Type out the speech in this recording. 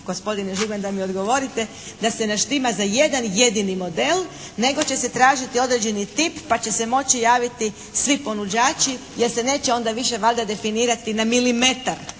gospodine Žigman da mi odgovorite, da se naštima za jedan jedini model nego će se tražiti određeni tip pa će se moći javiti svi ponuđači jer se neće onda više valjda definirati na milimetar